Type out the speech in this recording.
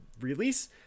release